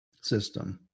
system